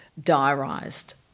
diarised